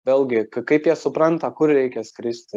vėlgi kaip jie supranta kur reikia skristi